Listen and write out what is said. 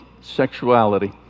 sexuality